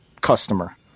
customer